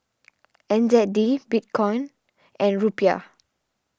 N Z D Bitcoin and Rupiah